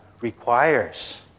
requires